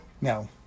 No